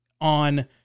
on